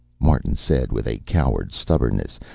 martin said, with a coward's stubbornness,